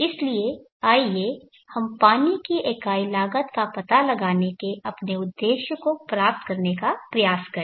इसलिए आइए हम पानी की इकाई लागत का पता लगाने के अपने उद्देश्य को प्राप्त करने का प्रयास करें